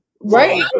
Right